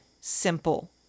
simple